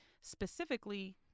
specifically